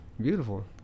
beautiful